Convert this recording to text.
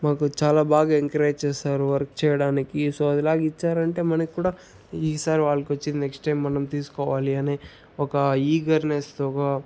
మాకు చాలా బాగా ఎంకరేజ్ చేస్తారు వర్క్ చేయడానికి సో అదేలాగ ఇచ్చారంటే మనకి కూడా ఈసారి వాళ్ళకొచ్చింది నెక్స్ట్ టైం మనం తీసుకోవాలి అనే ఒక ఈగర్నెస్ ఒక